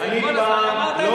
אני אומר לך,